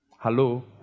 Hello